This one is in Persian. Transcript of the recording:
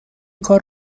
کار